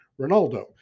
Ronaldo